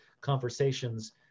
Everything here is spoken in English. conversations